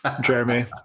Jeremy